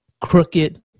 crooked